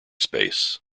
space